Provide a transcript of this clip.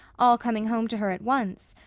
all coming home to her at once,